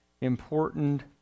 important